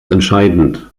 entscheidend